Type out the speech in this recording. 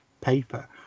paper